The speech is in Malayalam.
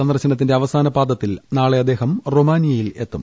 സന്ദർശനത്തിന്റെ അവസാനപാദത്തിൽ നാളെ അദ്ദേഹം റൊമാനിയയിൽ എത്തും